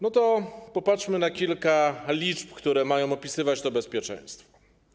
No to popatrzmy na kilka liczb, które mają opisywać to bezpieczeństwo.